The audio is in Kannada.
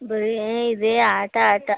ಬರೀ ಇದೇ ಆಟ ಆಟ